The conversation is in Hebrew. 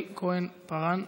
חברת הכנסת יעל כהן-פארן,